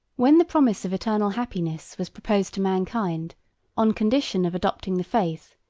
when the promise of eternal happiness was proposed to mankind on condition of adopting the faith,